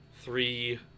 three